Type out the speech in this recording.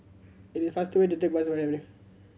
it is faster to take bus to Avenue